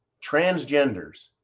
Transgenders